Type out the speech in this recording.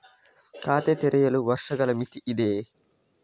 ಖಾತೆ ತೆರೆಯಲು ವರ್ಷಗಳ ಮಿತಿ ಇದೆಯೇ?